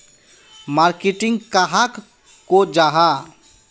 Marketing कहाक को जाहा?